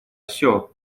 все